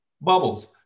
Bubbles